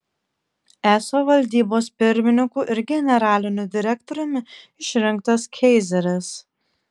eso valdybos pirmininku ir generaliniu direktoriumi išrinktas keizeris